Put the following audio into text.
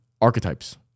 archetypes